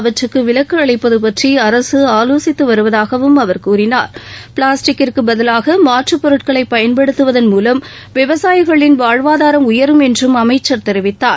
அவற்றுக்கு விலக்கு அளிப்பது பற்றி அரசு ஆவோசித்து வருவதாகவும் அவர் கூறினார் பிளாஸ்டிக்கிற்குப் பதிவாக மாற்றுப் பொருட்களை பயன்படுத்துவதன் மூலம் விவசாயிகளின் வாழ்வாதாரம் உயரும் என்றும் அமச்சர் தெரிவித்தார்